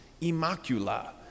Immacula